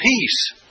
peace